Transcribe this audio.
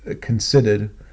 considered